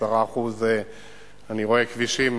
10% אני רואה כבישים,